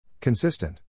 Consistent